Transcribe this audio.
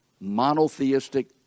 monotheistic